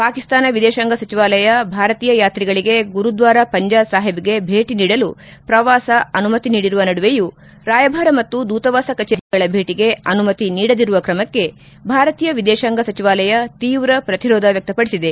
ಪಾಕಿಸ್ತಾನ ವಿದೇಶಾಂಗ ಸಚಿವಾಲಯ ಭಾರತೀಯ ಯಾತ್ರಿಗಳಿಗೆ ಗುರುದ್ವಾರ ಪಂಜಾ ಸಾಹಿಬ್ಗೆ ಭೇಟ ನೀಡಲು ಪ್ರವಾಸ ಅನುಮತಿ ನೀಡಿರುವ ನಡುವೆಯೂ ರಾಯಭಾರ ಮತ್ತು ದೂತವಾಸ ಕಜೇರಿಗಳ ಅಧಿಕಾರಿಗಳ ಭೇಟಿಗೆ ಅನುಮತಿ ನೀಡದಿರುವ ಕ್ರಮಕ್ಕೆ ಭಾರತೀಯ ವಿದೇತಾಂಗ ಸಚಿವಾಲಯ ತೀವ್ರ ಪ್ರತಿರೋಧ ವ್ಯಕ್ತಪಡಿಸಿದೆ